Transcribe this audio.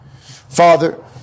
Father